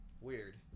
Weird